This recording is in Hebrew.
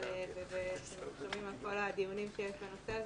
זה ואתם שומעים על כל הדיונים שיש בנושא הזה,